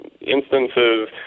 instances